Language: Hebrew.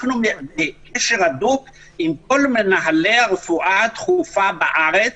אנחנו בקשר הדוק עם כל מנהלי הרפואה הדחופה בארץ.